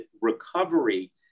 recovery